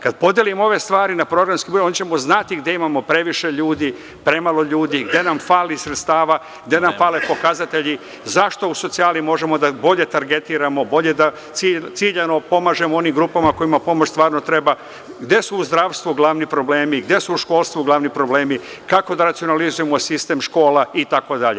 Kada podelimo ove stvari na programski, onda ćemo znati gde imamo previše ljudi, premalo ljudi, gde nam fali sredstava, gde nam fale pokazatlji, zašto u socijali možemo da bolje targetiramo, bolje ciljano da pomažemo onim grupama kojima pomoć stvarno treba, gde su u zdravstvu glavni problemi, gde su u školstvu glavni problemi, kako da racionalizujemo sistem škola itd.